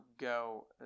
go